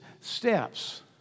steps